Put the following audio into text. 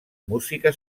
música